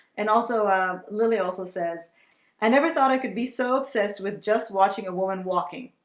and also lilly also says i never thought i could be so obsessed with just watching a woman walking